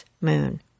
moon